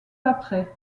après